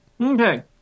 Okay